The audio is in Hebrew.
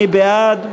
מי בעד?